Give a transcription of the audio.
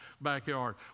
backyard